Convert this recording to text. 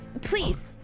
please